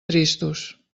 tristos